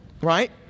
right